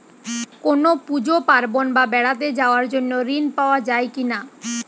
কোনো পুজো পার্বণ বা বেড়াতে যাওয়ার জন্য ঋণ পাওয়া যায় কিনা?